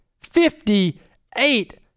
Fifty-eight